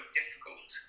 difficult